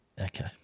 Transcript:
Okay